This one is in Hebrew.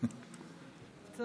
יוליה מלינובסקי, ישראל ביתנו, בבקשה.